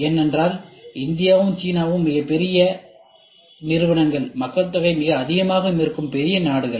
ஏனென்றால் இந்தியாவும் சீனாவும் பெரிய நிறுவனங்கள் மக்கள்தொகை மிக அதிகமாக இருக்கும் மிகப்பெரிய நாடுகள்